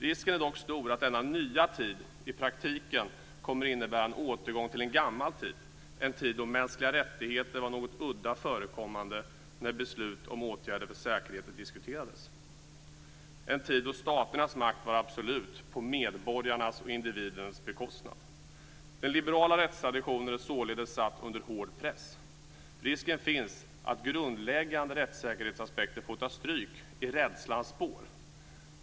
Risken är dock stor att denna nya tid i praktiken kommer att innebära en återgång till en gammal tid, en tid då mänskliga rättigheter var något udda förekommande när beslut om åtgärder för säkerheten diskuterades, en tid då staternas makt var absolut, på medborgarnas och individens bekostnad. Den liberala rättstraditionen är således satt under hård press. Risken finns att grundläggande rättssäkerhetsaspekter får ta stryk i rädslans spår.